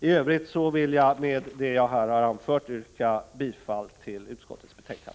I övrigt vill jag med det anförda yrka bifall till utskottets hemställan.